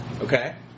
Okay